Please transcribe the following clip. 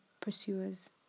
pursuers